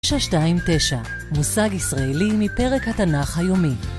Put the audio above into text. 929, מושג ישראלי מפרק התנ״ך היומי.